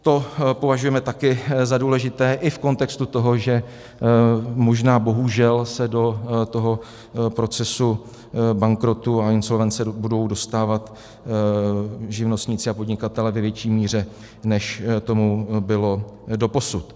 To považujeme také za důležité i v kontextu toho, že možná bohužel se do toho procesu bankrotu a insolvence budou dostávat živnostníci a podnikatelé ve větší míře, než tomu bylo doposud.